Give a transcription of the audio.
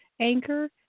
Anchor